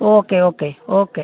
okay okay okay